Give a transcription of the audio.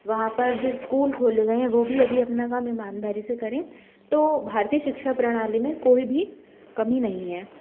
वहाँ पर जो स्कूल खोले गए हैं वो भी यदि अपना काम ईमानदारी से करें तो भारतीय शिक्षा प्रणाली में कोई भी कमी नहीं है